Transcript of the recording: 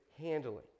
handling